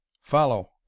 Follow